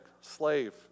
slave